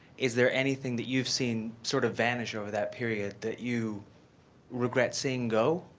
is there anything that you've seen sort of vanish over that period that you regret seeing go?